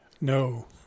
No